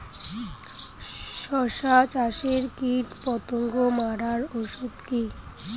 শসা চাষে কীটপতঙ্গ মারার ওষুধ কি?